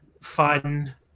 fun